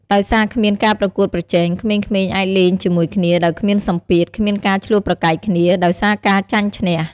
ដោយសារគ្មានការប្រកួតប្រជែង ក្មេងៗអាចលេងជាមួយគ្នាដោយគ្មានសម្ពាធ គ្មានការឈ្លោះប្រកែកគ្នា ដោយសារការចាញ់ឈ្នះ។